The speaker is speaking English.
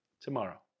tomorrow